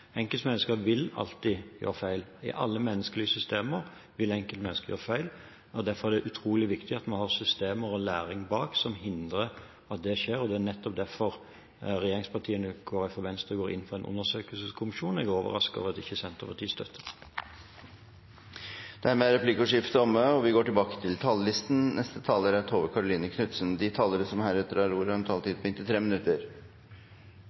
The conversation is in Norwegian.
enkeltmennesker gjør feil. Enkeltmennesker vil alltid gjøre feil, i alle menneskelige systemer vil enkeltmennesker gjøre feil. Derfor er det utrolig viktig at vi har systemer og læring bak som hindrer at det skjer. Det er nettopp derfor regjeringspartiene og Kristelig Folkeparti og Venstre går inn for en undersøkelseskommisjon. Jeg er overrasket over at Senterpartiet ikke støtter det. Replikkordskiftet er omme. De talere som heretter får ordet, har en taletid på inntil 3 minutter.